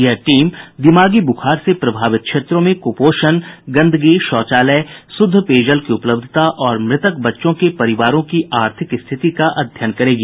यह टीम दिमागी बुखार से प्रभावित क्षेत्रों में कुपोषण गंदगी शौचालय शुद्ध पेयजल की उपलब्धता और मृतक बच्चों के परिवारों की आर्थिक स्थिति का अध्ययन करेगी